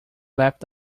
left